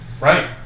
Right